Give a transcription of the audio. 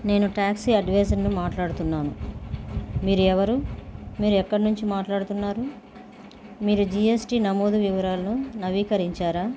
నేను ట్యాక్స్ అడ్వైజర్ను మాట్లాడుతున్నాను మీరు ఎవరు మీరు ఎక్కడి నుంచి మాట్లాడుతున్నారు మీరు జిఎస్టి నమోదు వివరాలను నవీకరించారా